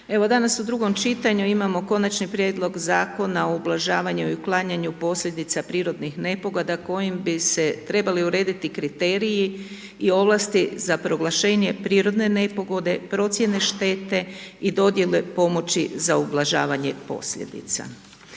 evo danas u drugom čitanju imamo Konačni prijedlog zakona o ublažavanju i uklanjanju posljedica prirodnih nepogoda kojim bi se trebali urediti kriteriji i ovlasti za proglašenje prirodne nepogode, procijene štete i dodijele pomoći za ublažavanje posljedica.